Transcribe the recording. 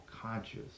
conscious